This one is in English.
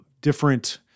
different